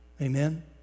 Amen